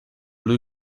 lui